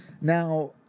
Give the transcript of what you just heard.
Now